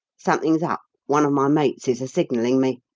something's up. one of my mates is a-signalling me.